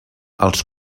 els